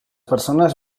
persones